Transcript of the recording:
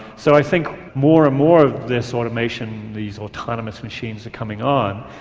so i think more and more of this automation, these autonomous machines, are coming on,